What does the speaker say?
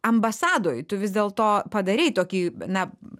ambasadoj tu vis dėlto padarei tokį na